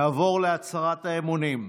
נעבור להצהרת האמונים.